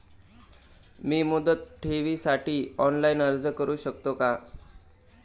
मी मुदत ठेवीसाठी ऑनलाइन अर्ज करू शकतो का?